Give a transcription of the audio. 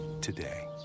today